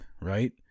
right